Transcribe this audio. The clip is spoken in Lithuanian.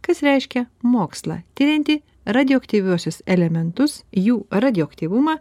kas reiškia mokslą tiriantį radioaktyviuosius elementus jų radioaktyvumą